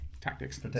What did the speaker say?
tactics